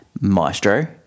Maestro